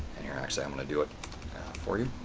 and here actually i'm going to do it for you.